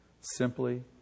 Simply